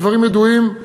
הדברים ידועים.